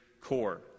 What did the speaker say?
core